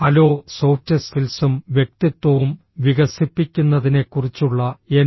hello soft സ്കിൽസും വ്യക്തിത്വവും വികസിപ്പിക്കുന്നതിനെക്കുറിച്ചുള്ള എൻ